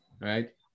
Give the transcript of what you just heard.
right